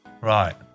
Right